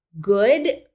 good